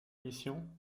mission